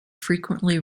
frequently